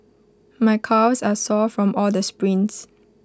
my calves are sore from all the sprints